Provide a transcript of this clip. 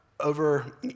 over